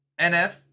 NF